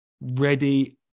ready